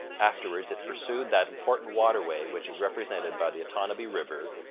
afterwards it pursued that important waterway which is represented by the otonabee river,